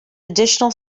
additional